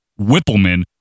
Whippleman